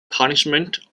punishment